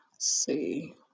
see